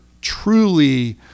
truly